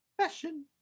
fashion